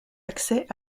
accès